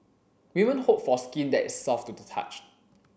women hope for skin that is soft to the touch